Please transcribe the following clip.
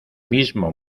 mismo